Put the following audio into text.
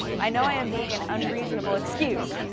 i know i am being an unreasonable excuse.